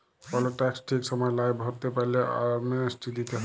call tax ঠিক সময় লায় ভরতে পারল্যে, অ্যামনেস্টি দিতে হ্যয়